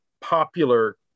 popular